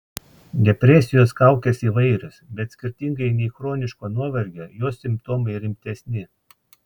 depresijos kaukės įvairios bet skirtingai nei chroniško nuovargio jos simptomai rimtesni